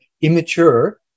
immature